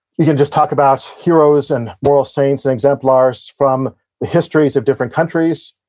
you can just talk about heroes and moral saints and exemplars from the histories of different countries.